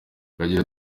akagira